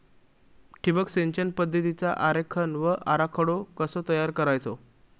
ठिबक सिंचन पद्धतीचा आरेखन व आराखडो कसो तयार करायचो?